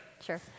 Sure